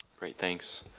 great, thanks.